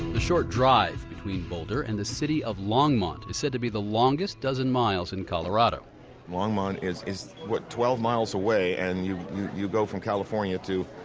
short drive between boulder and the city of longmont is said to be the longest dozen miles in colorado longmont is is twelve miles away and you you go from california to